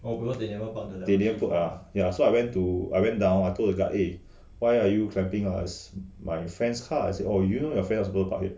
they didn't put ah ya so I went to I went down I told the guide eh why are you clamping err my friend's oh you know your friend weren't suppose to park here